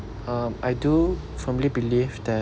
um I do firmly believe that